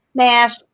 MASH